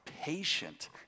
patient